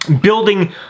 building